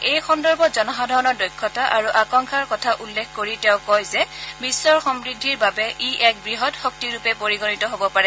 এই সন্দৰ্ভত জনসাধাৰণৰ দক্ষতা আৰু আক্যাংক্ষাৰ কথা উল্লেখ কৰি তেওঁ কয় যে বিশ্বৰ সমূদ্ধিৰ বাবে ই এক বৃহৎ শক্তিৰূপে পৰিগণিত হ'ব পাৰে